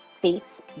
Fates